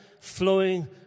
flowing